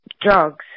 drugs